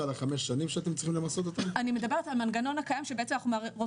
על חמש השנים שאתם צריכים למסות אותם?